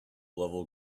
level